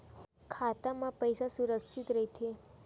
खाता मा पईसा सुरक्षित राइथे?